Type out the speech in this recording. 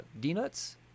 D-nuts